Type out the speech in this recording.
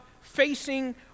facing